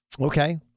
Okay